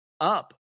up